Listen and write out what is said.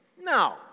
No